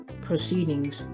proceedings